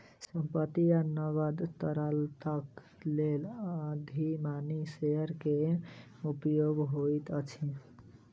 संपत्ति आ नकद तरलताक लेल अधिमानी शेयर के उपयोग होइत अछि